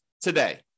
today